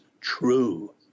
true